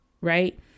right